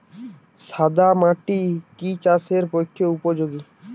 সাদা মাটি কি চাষের পক্ষে উপযোগী?